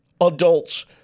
adults